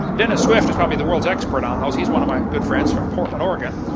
dennis swift is probably the world's expert on those he is one of my good friends from portland, oregon.